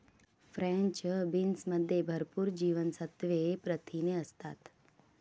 French बीन्समध्ये भरपूर जीवनसत्त्वे, प्रथिने असतात